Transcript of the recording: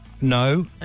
no